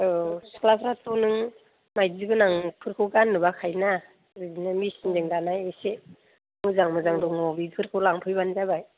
औ सिख्लाफ्राथ' नों माइदि गोनां फोरखौ गाननो बाखायो ना ओरैनो मिशिनजों दानाय एसे मोजां मोजां दङ बेफोरखौ लांफैबानो जाबाय